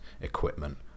equipment